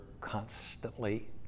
constantly